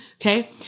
okay